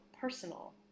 personal